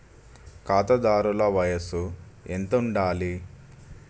ఖాతాదారుల వయసు ఎంతుండాలి?